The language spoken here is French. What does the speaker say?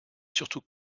surtout